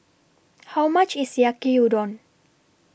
How much IS Yaki Udon